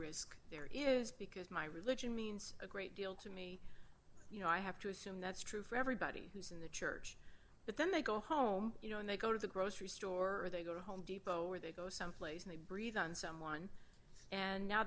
risk there is because my religion means a great deal to me you know i have to assume that's true for everybody who's in the church but then they go home you know and they go to the grocery store or they go to home depot or they go someplace and they breathe on someone and now